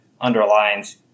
underlines